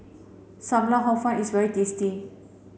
Sam Lau Hor Fun is very tasty